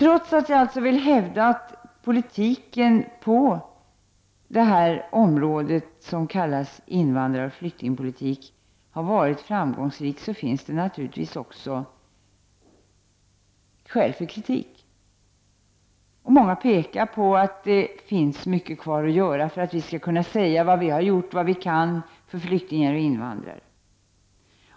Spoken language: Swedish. Trots att jag alltså vill hävda att politiken på detta område som vi kallar invandraroch flyktingpolitik har varit framgångsrik, finns det naturligtvis också skäl för kritik. Många människor pekar också på att det finns mycket kvar att göra för att vi skall kunna säga att vi har gjort vad vi kan för flyktingar och invandrare.